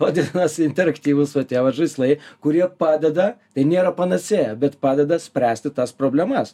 vadinasi interaktyvūs va tie vat žaislai kurie padeda tai nėra panacėja bet padeda spręsti tas problemas